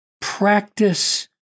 Practice